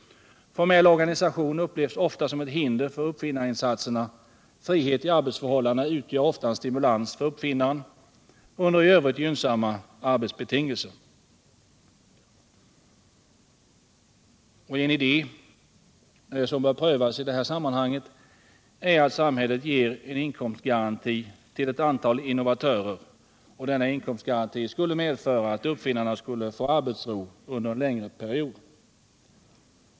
Formell organisation upplevs ofta som ett hinder. Frihet i arbetsförhållandena utgör ofta en stimulans för uppfinnaren, under i övrigt gynnsamma arbetsbetingelser. En idé som bör prövas i detta sammanhang är att samhället ger en inkomstgaranti till ett antal innovatörer. Denna inkomstgaranti skulle medföra att vederbörande fick arbetsro under en längre period.